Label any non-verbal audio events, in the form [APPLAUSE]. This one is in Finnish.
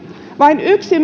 vain yksi [UNINTELLIGIBLE]